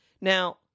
Now